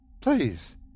Please